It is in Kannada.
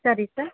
ಸರಿ ಸರ್